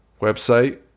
website